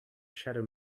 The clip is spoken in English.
shadow